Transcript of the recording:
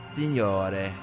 Signore